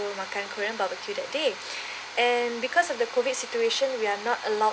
makan korean barbecue that day and because of the COVID situation we are not allowed